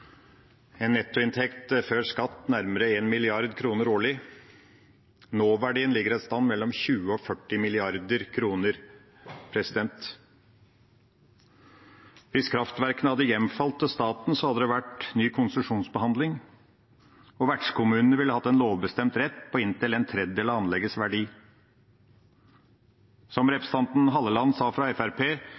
en nettoinntekt før skatt på nærmere 1 mrd. kr årlig, og nåverdien ligger et sted mellom 20 og 40 mrd. kr. Hvis kraftverkene hadde hjemfalt til staten, hadde det vært ny konsesjonsbehandling, og vertskommunene ville hatt en lovbestemt rett på inntil en tredjedel av anleggets verdi. Som representanten Halleland fra Fremskrittspartiet sa: Det er store verdioverføringer fra